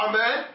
Amen